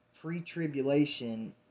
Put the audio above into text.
pre-tribulation